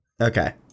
Okay